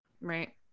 Right